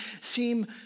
seem